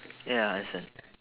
ya understand